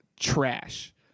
trash